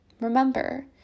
remember